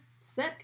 sick